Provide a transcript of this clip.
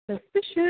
Suspicious